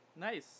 Nice